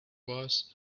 voice